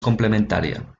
complementària